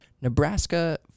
Nebraska